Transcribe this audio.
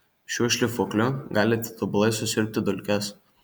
šiuo šlifuokliu galite tobulai susiurbti dulkes